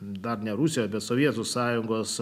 dar ne rusija bet sovietų sąjungos